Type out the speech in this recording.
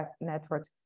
network